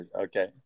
okay